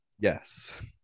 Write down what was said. yes